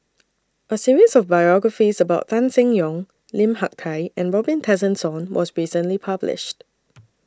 A series of biographies about Tan Seng Yong Lim Hak Tai and Robin Tessensohn was recently published